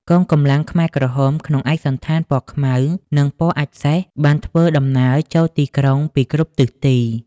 កងកម្លាំងខ្មែរក្រហមក្នុងឯកសណ្ឋានពណ៌ខ្មៅ និងពណ៌អាចម៍សេះ បានធ្វើដំណើរចូលទីក្រុងពីគ្រប់ទិសទី។